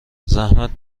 زحمت